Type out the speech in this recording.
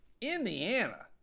Indiana